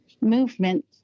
movement